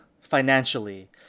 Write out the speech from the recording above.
financially